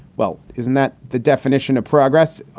well, isn't that the definition of progress?